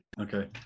Okay